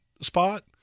spot